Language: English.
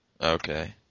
Okay